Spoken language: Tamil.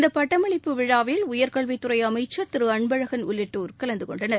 இந்த பட்டமளிப்பு விழாவில் உயர்கல்வித் துறை அமைச்சர் திரு அன்பழகன் உள்ளிட்டோர் கலந்துகொண்டனர்